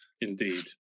Indeed